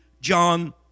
John